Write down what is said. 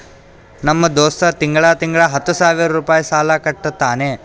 ನಮ್ ದೋಸ್ತ ತಿಂಗಳಾ ತಿಂಗಳಾ ಹತ್ತ ಸಾವಿರ್ ರುಪಾಯಿ ಸಾಲಾ ಕಟ್ಟತಾನ್